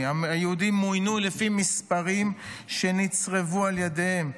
היהודים מוינו לפי מספרים שנצרבו על ידיהם.